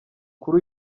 kuri